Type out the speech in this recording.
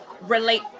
relate